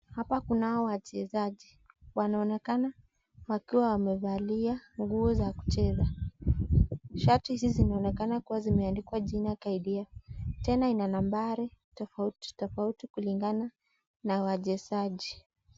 Hapa kunao wachezaji ,wanaonekana wakiwa wamevalia nguo za kucheza . Shati hizi zinaonekana kuwa zimeadikwa jina KDF tena ina nabari tofauti tofauti kulingana na wachezaji.